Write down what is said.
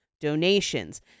donations